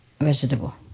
vegetable